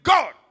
God